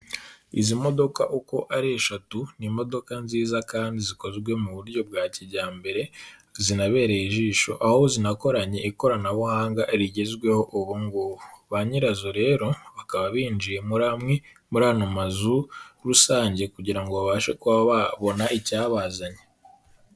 Izi modoka uko ari eshatu ni imodoka nziza kandi zikozwe mu buryo bwa kijyambere zinabereye ijisho, aho zinakoranye ikoranabuhanga rigezweho ubu ngubu. Banyirazo rero bakaba binjiye muri amwe muri ayo mazu rusange kugirango ngo babashe kuba babona icyabazanye.